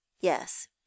yes